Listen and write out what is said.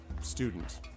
student